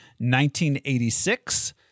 1986